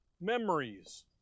memories